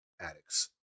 addicts